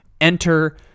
enter